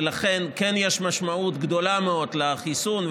ולכן כן יש משמעות גדולה מאוד לחיסון,